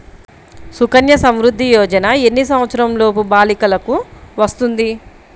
సుకన్య సంవృధ్ది యోజన ఎన్ని సంవత్సరంలోపు బాలికలకు వస్తుంది?